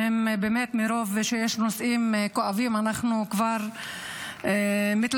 באמת מרוב שיש נושאים כואבים אנחנו כבר מתלבטים